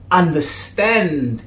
understand